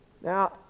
Now